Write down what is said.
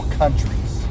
countries